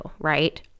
right